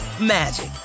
magic